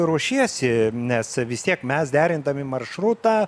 ruošiesi nes vis tiek mes derindami maršrutą